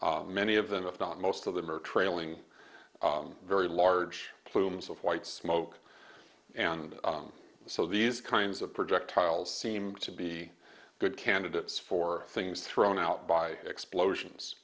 many of them if not most of them are trailing very large plumes of white smoke and so these kinds of projectiles seem to be good candidates for things thrown out by explosions